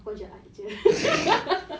aku ajar art jer